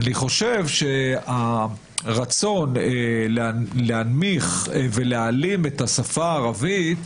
אני חושב שהרצון להנמיך ולהעלים את השפה הערבית,